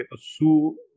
Su